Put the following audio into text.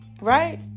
right